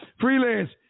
Freelance